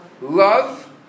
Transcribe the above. love